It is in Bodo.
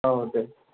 औ दे